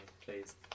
please